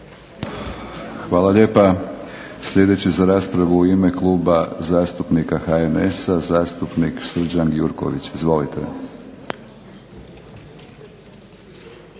Hvala lijepa. Sljedeći za raspravu u ime Kluba zastupnika HNS-a zastupnik Srđan Gjurković. Izvolite.